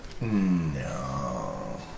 No